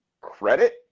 credit